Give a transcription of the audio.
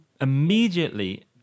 immediately